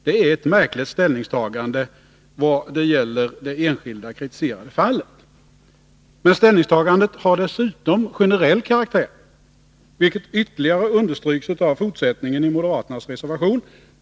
Det är ett märkligt ställningstagande vad det gäller det enskilda kritiserade fallet. Men ställningstagandet har dessutom generell karaktär, vilket ytterligare understryks av fortsättningen i moderaternas reservation.